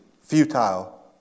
futile